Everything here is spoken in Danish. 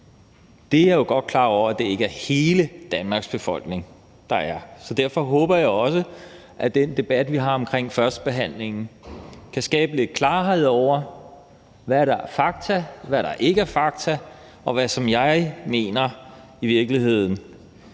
Jeg er godt klar over, at det ikke er hele Danmarks befolkning, der er det, og derfor håber jeg også, at den debat, vi har ved førstebehandlingen, kan skabe lidt klarhed over, hvad der er fakta, hvad der ikke er fakta, og hvad det er, som jeg mener fordrejer hele